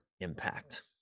impact